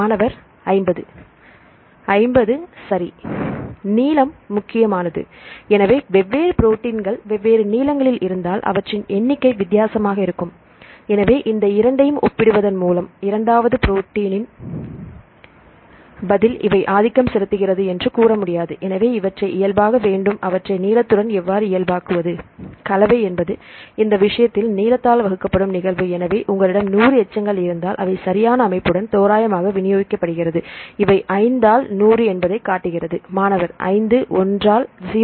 மாணவர் 50 50 சரி நீளம் முக்கியமானது எனவே வெவ்வேறு புரோட்டீன்கள் வெவ்வேறு நீளங்களில் இருந்தால் அவற்றின் எண்ணிக்கை வித்தியாசமாக இருக்கும் எனவே இந்த இரண்டையும் ஒப்பிடுவதன் மூலம் இரண்டாவது புரோட்டின் இன் பதில் இவை ஆதிக்கம் செலுத்துகிறது என்று கூற முடியாது எனவே இவற்றை இயல்பாக வேண்டும் அவற்றை நீளத்துடன் எவ்வாறு இயல்பாக்குவது கலவை என்பது இந்த விஷயத்தில் நீளத்தால் வகுக்கப்படும் நிகழ்வு எனவே உங்களிடம் 100 எச்சங்கள் இருந்தால் அவை சரியான அமைப்புடன் தோராயமாக வினியோகிக்கப்படுகிறது இவை 5 ஆல் 100 என்பதை காட்டுகிறது மாணவர் 5 1 ஆல் 0